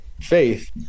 faith